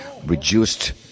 reduced